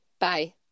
Bye